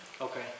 Okay